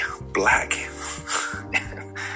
black